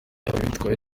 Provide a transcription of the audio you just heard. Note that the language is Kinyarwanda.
abitwaye